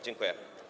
Dziękuję.